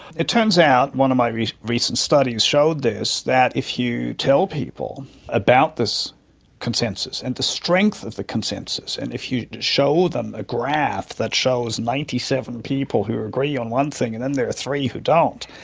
it turns out one of my recent recent studies showed this, that if you tell people about this consensus and the strength of the consensus, and if you just show them a graph that shows ninety seven people who agree on one thing and then there are three who don't,